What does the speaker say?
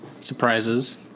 Surprises